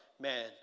man